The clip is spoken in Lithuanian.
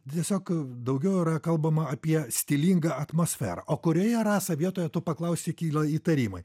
tiesiog daugiau kalbama apie stilingą atmosferą o kurioje rasa vietoje tu paklausei kyla įtarimai